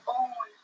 own